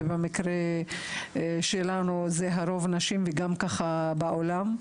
ובמקרה שלנו זה רוב נשים וגם ככה בעולם,